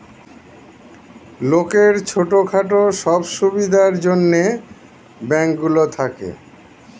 লোকের ছোট খাটো সব সুবিধার জন্যে ব্যাঙ্ক গুলো থাকে